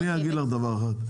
אז אני אגיד לך דבר אחד,